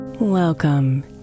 Welcome